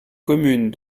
communes